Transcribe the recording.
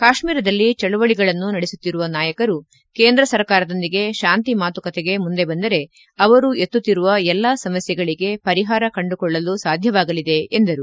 ಕಾಶ್ವೀರದಲ್ಲಿ ಚಳುವಳಿಗಳನ್ನು ನಡೆಸುತ್ತಿರುವ ನಾಯಕರು ಕೇಂದ್ರ ಸರ್ಕಾರದೊಂದಿಗೆ ಶಾಂತಿ ಮಾತುಕತೆಗೆ ಮುಂದೆ ಬಂದರೆ ಅವರು ಎತ್ತುತ್ತಿರುವ ಎಲ್ಲಾ ಸಮಸ್ಥೆಗಳಿಗೆ ಪರಿಹಾರ ಕಂಡುಕೊಳ್ಳಲು ಸಾಧ್ಯವಾಗಲಿದೆ ಎಂದರು